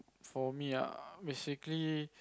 for me ah basically